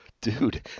Dude